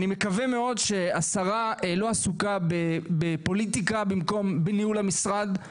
אני מקווה מאוד שהשרה לא עסוקה בפוליטיקה במקום בניהול המשרד.